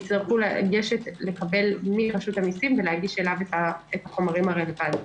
יצטרכו לגשת ולקבל מרשות המסים ולהגיש אליהם את החומרים הרלבנטיים.